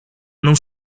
non